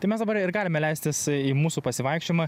tai mes dabar ir galime leistis į mūsų pasivaikščiojimą